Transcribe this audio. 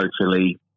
socially